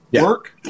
work